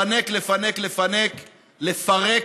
לפנק, לפנק, לפנק, לפרק,